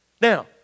Now